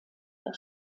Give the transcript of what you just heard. der